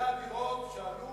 שעלו